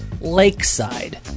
Lakeside